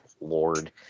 lord